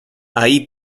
ahí